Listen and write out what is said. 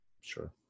Sure